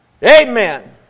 Amen